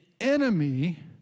enemy